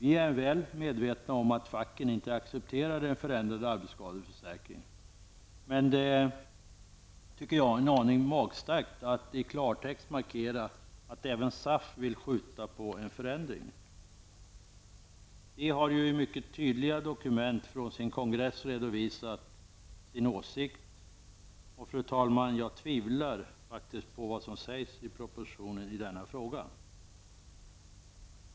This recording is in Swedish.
Vi är väl medvetna om att facken inte accepterar en förändrad arbetsskadeförsäkring. Men det är en aning magstarkt att i klartext markera att även SAF vill skjuta på en förändring. SAF har ju i mycket tydliga dokument från sin kongress redovisat sin åsikt, och fru talman, jag tvivlar faktiskt på vad som sägs i propositionen i denna fråga.